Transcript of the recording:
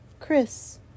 Chris